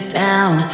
down